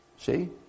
See